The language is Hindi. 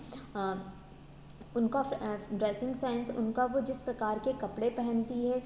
उनका ड्रेसिंग सेंस उनका वह जिस प्रकार के कपड़े पहनती हैं